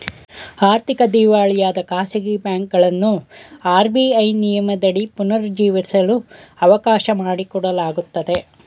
ಆರ್ಥಿಕ ದಿವಾಳಿಯಾದ ಖಾಸಗಿ ಬ್ಯಾಂಕುಗಳನ್ನು ಆರ್.ಬಿ.ಐ ನಿಯಮದಡಿ ಪುನರ್ ಜೀವಿಸಲು ಅವಕಾಶ ಮಾಡಿಕೊಡಲಾಗುತ್ತದೆ